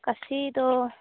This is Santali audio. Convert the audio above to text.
ᱠᱟᱹᱥᱤ ᱫᱚ